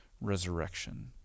resurrection